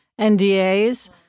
NDAs